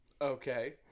Okay